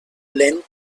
lent